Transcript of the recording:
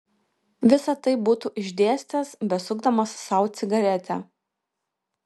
visa tai būtų išdėstęs besukdamas sau cigaretę